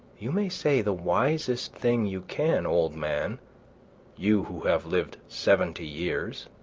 you may say the wisest thing you can, old man you who have lived seventy years,